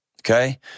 Okay